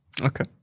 Okay